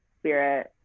spirit